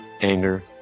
anger